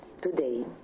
today